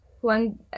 One